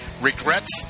regrets